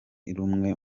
rumwe